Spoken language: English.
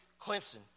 Clemson